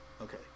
Okay